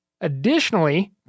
Additionally